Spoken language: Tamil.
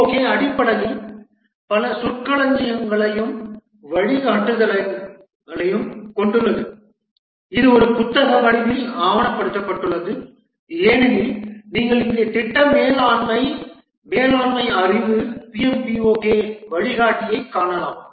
PMBOK அடிப்படையில் பல சொற்களஞ்சியங்களையும் வழிகாட்டுதல்களையும் கொண்டுள்ளது இது ஒரு புத்தக வடிவில் ஆவணப்படுத்தப்பட்டுள்ளது ஏனெனில் நீங்கள் இங்கே திட்ட மேலாண்மை மேலாண்மை அறிவு PMBOK வழிகாட்டியைக் காணலாம்